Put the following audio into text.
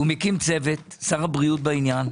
הוא מקום צוות, שר הבריאות, בעניין.